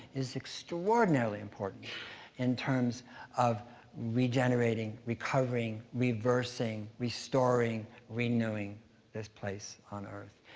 is extraordinarily important in terms of regenerating, recovering, reversing, restoring, renewing this place on earth.